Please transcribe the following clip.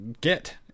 get